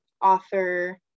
author